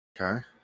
Okay